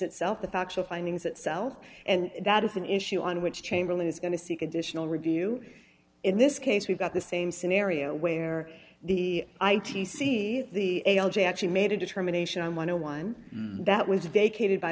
itself the factual findings itself and that is an issue on which chamberlain is going to seek additional review in this case we've got the same scenario where the i t c the a l j actually made a determination on why no one that was vacated by